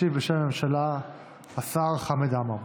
ישיב בשם הממשלה השר חמד עמאר.